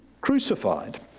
crucified